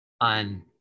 on